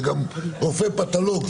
זה גם רופא פתולוג,